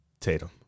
Tatum